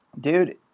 Dude